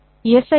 சரி